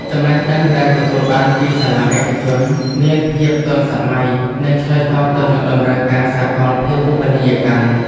ចំណេះដឹងដែលទទួលបានពីសាលាឯកជនមានភាពទាន់សម័យនិងឆ្លើយតបទៅនឹងតម្រូវការសកលភាវូបនីយកម្ម។